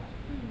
mm